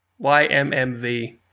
YMMV